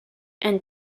and